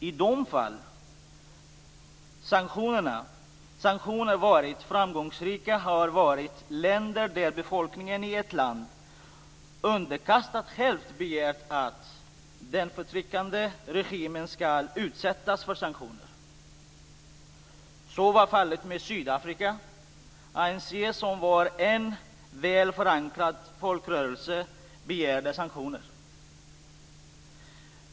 I de fall då sanktioner varit framgångsrika har de gällt länder där befolkningen i ett underkastat land själv begärt att den förtryckande regimen skall utsättas för sanktioner. Så var fallet med Sydafrika. ANC, som var en väl förankrad folkrörelse, begärde sanktioner.